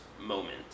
moment